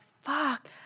fuck